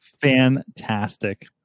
Fantastic